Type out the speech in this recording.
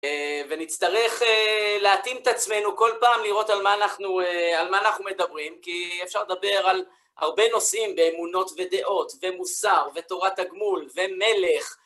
ונצטרך להתאים את עצמנו כל פעם לראות על מה אנחנו מדברים, כי אפשר לדבר על הרבה נושאים באמונות ודעות, ומוסר, ותורת הגמול, ומלך.